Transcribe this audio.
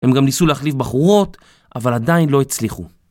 הם גם ניסו להחליף בחורות, אבל עדיין לא הצליחו.